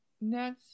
next